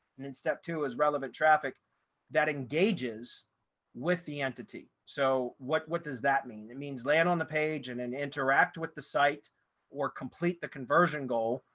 and then and step two is relevant traffic that engages with the entity. so what what does that mean? it means land on the page and and interact with the site or complete the conversion goal,